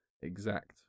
exact